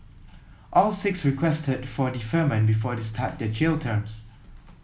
all six requested for deferment before they start their jail terms